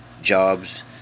jobs